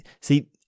See